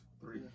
Three